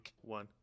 one